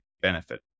benefit